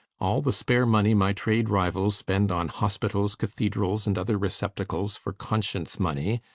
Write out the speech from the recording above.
all the spare money my trade rivals spend on hospitals, cathedrals and other receptacles for conscience money,